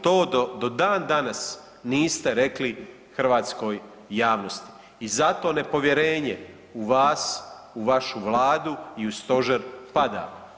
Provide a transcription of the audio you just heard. To do dan danas niste rekli hrvatskoj javnosti i zato nepovjerenje u vas, u vašu Vladu i u Stožer pada.